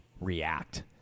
react